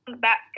back